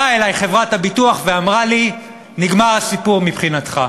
באה אלי חברת הביטוח ואמרה לי: נגמר הסיפור מבחינתך,